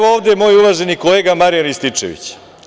Ovde je moj uvaženi kolega Marijan Rističević.